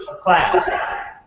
Class